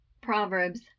Proverbs